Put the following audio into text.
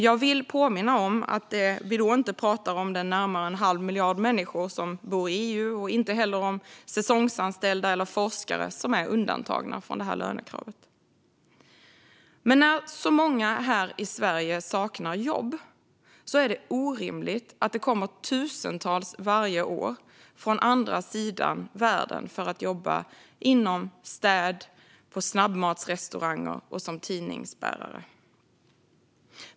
Jag vill påminna om att vi nu inte pratar om de närmare en halv miljard människor som bor i EU och inte heller om säsongsanställda eller forskare, som är undantagna från det här lönekravet. Men när så många här i Sverige saknar jobb är det orimligt att det kommer tusentals varje år från andra sidan världen för att jobba inom städ, på snabbmatsrestauranger och som tidningsbärare.